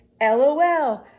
LOL